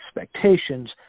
expectations